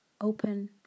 open